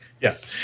Yes